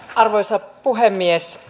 arvoisa puhemies